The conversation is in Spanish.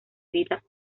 vida